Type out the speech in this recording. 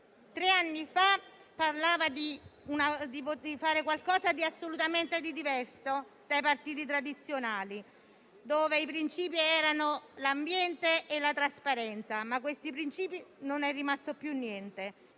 tre anni fa parlava di fare qualcosa di assolutamente diverso dai partiti tradizionali, per cui i principi erano l'ambiente e la trasparenza, ma di questi principi non è rimasto più niente.